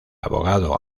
abogado